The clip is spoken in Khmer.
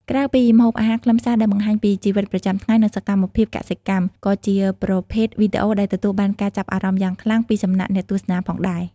ក្រៅពីម្ហូបអាហារ ខ្លឹមសារដែលបង្ហាញពី ជីវិតប្រចាំថ្ងៃ និងសកម្មភាពកសិកម្ម ក៏ជាប្រភេទវីដេអូដែលទទួលបានការចាប់អារម្មណ៍យ៉ាងខ្លាំងពីសំណាក់អ្នកទស្សនាផងដែរ។